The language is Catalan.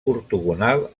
ortogonal